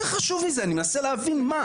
מה יותר חשוב מזה אני מנסה להבין מה?